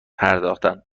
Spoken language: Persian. پرداختند